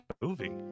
movie